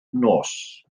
nos